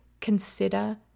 consider